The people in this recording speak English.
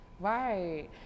Right